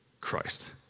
Christ